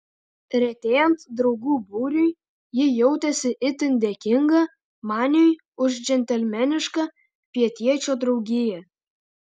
retėjant draugų būriui ji jautėsi itin dėkinga maniui už džentelmenišką pietiečio draugiją